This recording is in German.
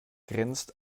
grenzt